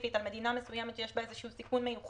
ספציפית על מדינה מסוימת שיש בה איזה סיכון מיוחד,